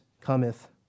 cometh